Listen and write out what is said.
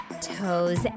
Toes